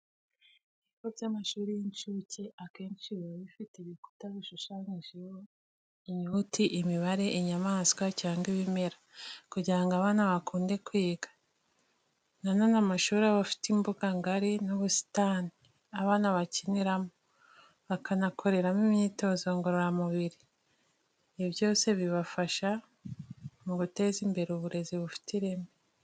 Ibigo by'amashuri y'incuke akenshi biba bifite ibikuta bishushanyijeho inyuguti, imibare, inyamaswa cyangwa ibimera, kugira ngo abana bakunde kwiga. Na none, amashuri aba afite imbuga ngari n'ubusitani abana bakiniramo, bakanakoreramo imyitozo ngororamubiri. Ibi byose bifasha mu guteza imbere uburezi bufite ireme.